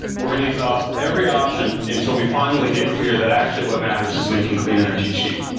we're going to exhaust every option until we finally get clear that actually what matters is making clean energy cheap.